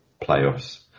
playoffs